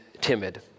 timid